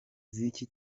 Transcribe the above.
z’iki